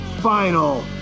Final